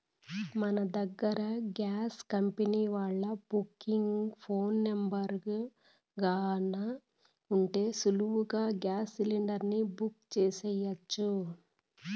మన దగ్గర gas company వాల్ల బుకింగ్ ఫోను నెంబరు గాన ఉంటే సులువుగా గేస్ సిలిండర్ని బుక్ సెయ్యొచ్చు